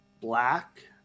black